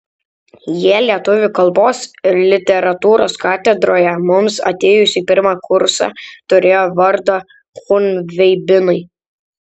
jie lietuvių kalbos ir literatūros katedroje mums atėjus į pirmą kursą turėjo vardą chunveibinai